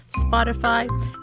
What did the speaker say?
Spotify